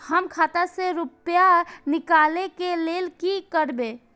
हम खाता से रुपया निकले के लेल की करबे?